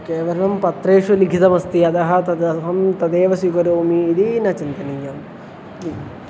केवलं पत्रेषु लिखितमस्ति अतः तदहं तदेव स्वीकरोमि इति न चिन्तनीयम् इति